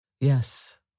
Yes